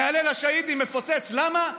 משפחה חילונית, עם ממוצע של שלושה ילדים,